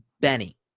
Benny